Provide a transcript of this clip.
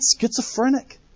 schizophrenic